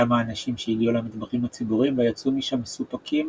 גם האנשים שהגיעו אל המטבחים הציבוריים לא יצאו משם מסופקים